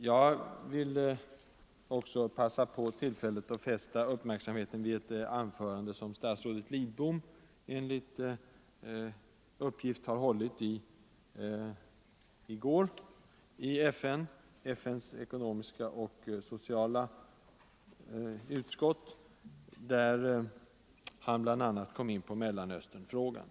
Jag vill fästa uppmärksamheten på ett anförande som statsrådet Lidbom höll i går i FN:s generalförsamlings tredje utskott, där han bl.a. kom in på Mellanösternfrågan.